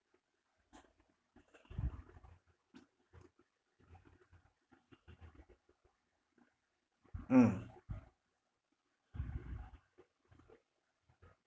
mm